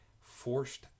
forced